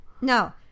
No